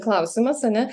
klausimas ane